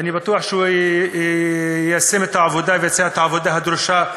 ואני בטוח שהוא יישם את העבודה ויעשה את העבודה הדרושה כראוי,